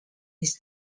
this